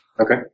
Okay